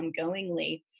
ongoingly